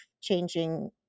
changing